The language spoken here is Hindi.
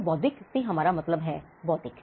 तो बौद्धिक से हमारा मतलब है बौद्धिक